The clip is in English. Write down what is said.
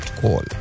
call